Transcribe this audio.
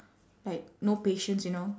like no patience you know